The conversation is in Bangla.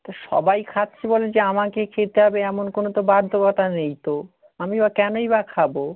তো সবাই খাচ্ছে বলে যে আমাকে খেতে হবে এমন কোনও তো বাধ্যকতা নেই তো আমি বা কেনই বা খাবো